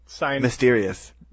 mysterious